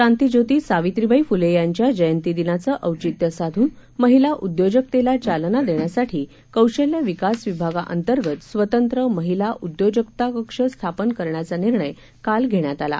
क्रांतिज्योती सावित्रीबाई फुले यांच्या जयंतीदिनाचं औचित्य साधून काल महिला उदयोजकतेला चालना देण्यासाठी कौशल्य विकास विभागांतर्गत स्वतंत्र महिला उदयोजकता कक्ष स्थापन करण्याचा निर्णय घेण्यात आला आहे